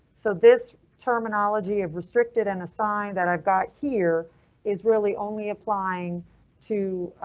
so this terminology of restricted and assign that i've got here is really only applying to.